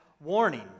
warning